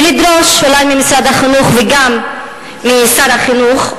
ולדרוש ממשרד החינוך וגם משר החינוך,